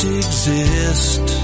exist